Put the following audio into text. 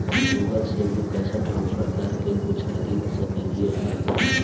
Google से भी पैसा ट्रांसफर कर के कुछ खरिद सकलिऐ हे?